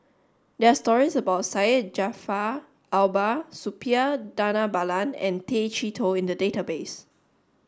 there are stories about Syed Jaafar Albar Suppiah Dhanabalan and Tay Chee Toh in the database